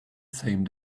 same